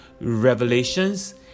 revelations